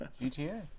GTA